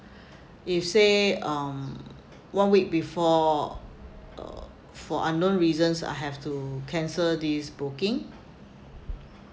if say um one week before uh for unknown reasons I have to cancel this booking